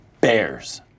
Bears